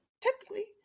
technically